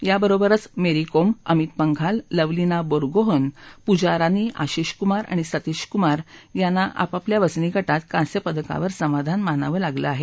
या बरोबरच मेरी कोम अमीत पंघाल लवलीना बोरगोहन पूजा रानी आशिष कुमार आणि सतीश कुमार यांना आपापल्या वजनी गटात कांस्य पदकावर समाधान मानावं लागलं आहे